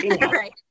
Right